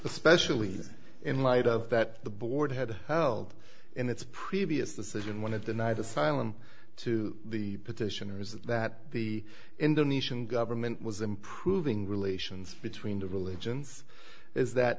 especially in light of that the board had held in its previous decision when it the night asylum to the petitioners that the indonesian government was improving relations between the religions is that